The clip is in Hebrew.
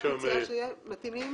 את מציעה שייכתב "מתאימים"?